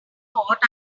what